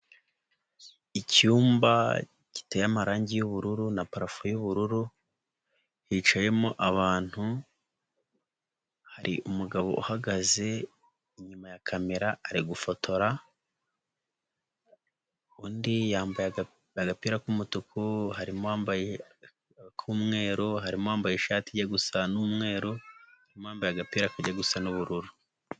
Icyumba giteye amarangi y'ubururu na parafo y'ubururu hicayemo abantu, hari umugabo uhagaze inyuma ya kamera ari gufotora, undi yambaye agapira k'umutuku, harimo uwambaye ak'umweru, harimo uwambaye ishati ijya gusa n'umweru, harimo uwambaye agapira kajya gusa n'ubururu.